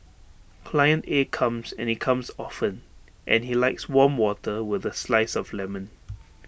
client A comes and he comes often and he likes warm water with A slice of lemon